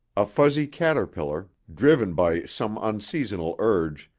a fuzzy caterpillar, driven by some unseasonal urge,